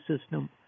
system